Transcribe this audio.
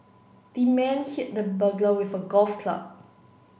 the man hit the burglar with a golf club